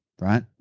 right